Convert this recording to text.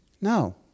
No